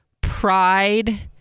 pride